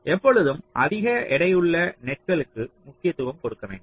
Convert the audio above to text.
எப்பொழுதும் அதிக எடையுள்ள நெட்களுக்கு முக்கியத்துவம் கொடுக்க வேண்டும்